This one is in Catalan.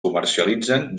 comercialitzen